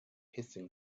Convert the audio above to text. hissing